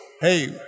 Hey